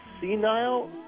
senile